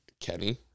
Kenny